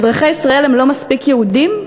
אזרחי ישראל הם לא מספיק יהודים?